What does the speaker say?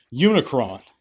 Unicron